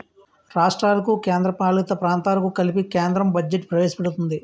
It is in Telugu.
రాష్ట్రాలకు కేంద్రపాలిత ప్రాంతాలకు కలిపి కేంద్రం బడ్జెట్ ప్రవేశపెడుతుంది